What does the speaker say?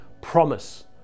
promise